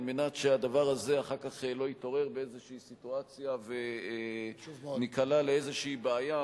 על מנת שהדבר הזה אחר כך לא יתעורר באיזו סיטואציה וניקלע לאיזו בעיה,